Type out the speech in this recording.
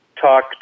talk